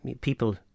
people